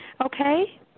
Okay